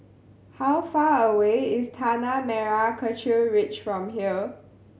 how far away is Tanah Merah Kechil Ridge from here